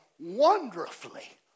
wonderfully